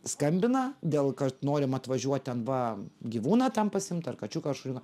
skambina dėl kad norim atvažiuot ten va gyvūną ten pasiimt ar kačiuką ar šuniuką